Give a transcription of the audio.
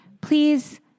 please